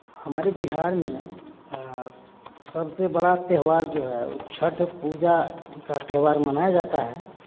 हमारे बिहार में सबसे बड़ा त्योहार जो है वो छठ पूजा का त्योहार मनाया जाता है